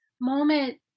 moment